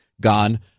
gone